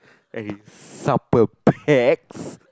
okay supper packs